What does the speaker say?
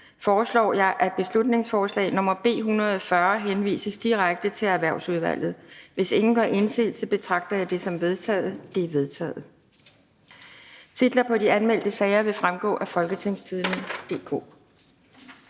foreslår jeg, at beslutningsforslag nr. B 140 henvises direkte til Erhvervsudvalget. Hvis ingen gør indsigelse, betragter jeg det som vedtaget. Det er vedtaget.